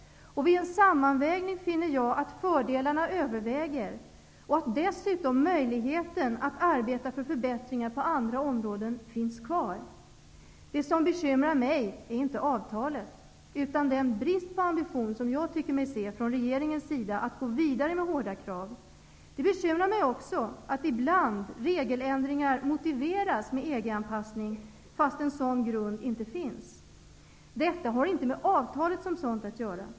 Vid en sammanvägning finner jag att fördelarna överväger och att möjligheten att arbeta för förbättringar på andra områden finns kvar. Det som bekymrar mig är inte avtalet utan den brist på ambition från regeringens sida som jag tycker mig se när det gäller att gå vidare med hårda krav. Det bekymrar mig också att regeländringar ibland motiveras med EG-anpassningen, fastän någon sådan grund inte finns. Det har inte med avtalet som sådant att göra.